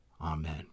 Amen